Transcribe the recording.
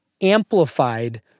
amplified